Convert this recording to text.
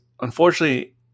unfortunately